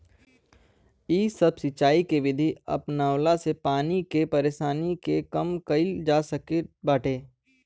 इ सब सिंचाई के विधि अपनवला से पानी के परेशानी के कम कईल जा सकत बाटे